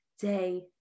day